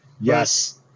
yes